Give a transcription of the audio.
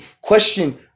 question